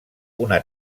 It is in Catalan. una